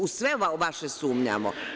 U sve vaše sumnjamo.